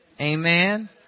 Amen